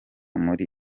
muri